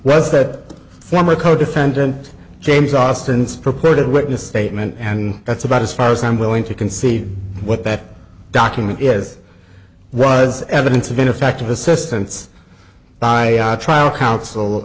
was that former codefendant james austin's purported witness statement and that's about as far as i'm willing to concede what that document is was evidence of ineffective assistance by trial coun